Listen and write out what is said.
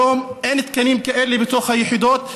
היום אין תקנים כאלה בתוך היחידות,